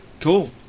Cool